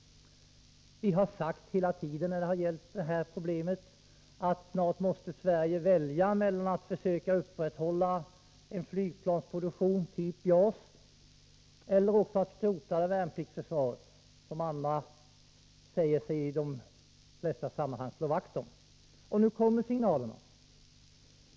Vi har hela tiden sagt att snart måste Sverige välja mellan att försöka upprätthålla en flygplansproduktion typ JAS och skrota värnpliktsförsvaret eller att behålla detta, som andra i de flesta sammanhang säger sig slå vakt om. Nu kommer signalerna.